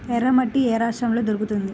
ఎర్రమట్టి ఏ రాష్ట్రంలో దొరుకుతుంది?